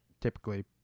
typically